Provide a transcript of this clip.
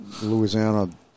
Louisiana